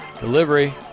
Delivery